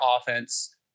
offense